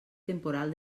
temporal